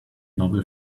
novel